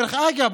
דרך אגב,